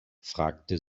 fragte